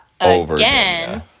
again